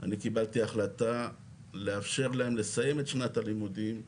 אני קיבלתי החלטה לאפשר להם לסיים את שנת הלימודים,